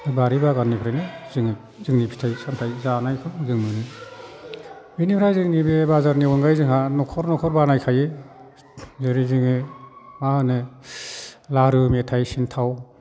बारि बागाननिफ्रायनो जोङो जोंनि फिथाइ सामथाइ जानायखौ जों मोनो बिनिफ्राय जोंनि बे बाजारनि अनगायै जोंहा नख'र नख'र बानायखायो जेरै जोङो मा होनो लारु मेथाइ सिन्ताव